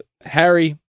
Harry